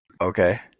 Okay